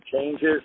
changes